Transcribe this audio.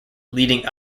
leading